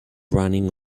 running